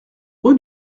rue